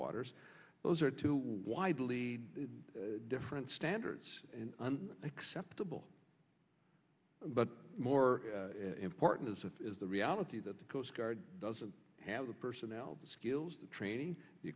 waters those are two widely different standards acceptable but more important as it is the reality that the coast guard doesn't have the personnel the skills the training the